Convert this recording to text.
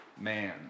man